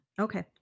Okay